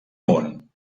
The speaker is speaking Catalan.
món